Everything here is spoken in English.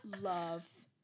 love